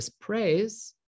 praise